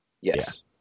yes